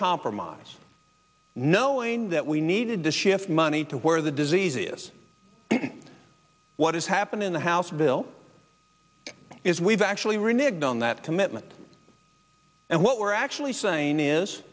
compromise knowing that we needed to shift money to where the disease is and what has happened in the house bill is we've actually reneged on that commitment and what we're actually saying is